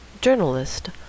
Journalist